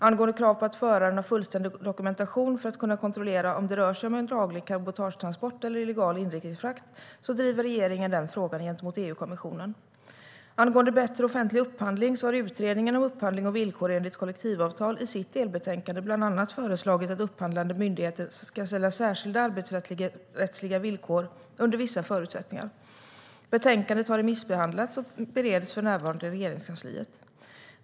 Angående krav på att föraren har fullständig dokumentation för att man ska kunna kontrollera om det rör sig om en laglig cabotagetransport eller illegal inrikesfrakt driver regeringen den frågan gentemot EU-kommissionen. Angående bättre offentlig upphandling har Utredningen om upphandling och villkor enligt kollektivavtal i sitt delbetänkande bland annat föreslagit att upphandlande myndigheter ska ställa särskilda arbetsrättsliga villkor under vissa förutsättningar. Betänkandet har remissbehandlats och bereds för närvarande i Regeringskansliet.